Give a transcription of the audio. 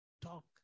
talk